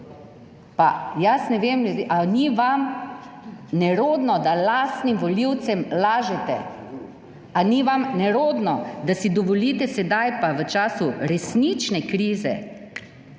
Pa jaz ne vem ljudje, ali ni vam nerodno, da lastnim volivcem lažete? Ali ni vam nerodno, da si dovolite sedaj pa v času resnične krize?